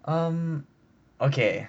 um okay